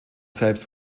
selbst